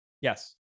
Yes